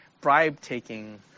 bribe-taking